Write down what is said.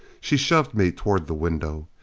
she shoved me toward the window.